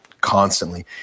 constantly